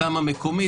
בוקר טוב לכולם,